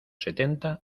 setenta